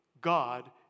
God